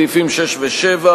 סעיפים 6 ו-7,